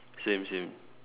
same same